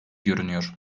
görünüyor